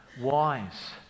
wise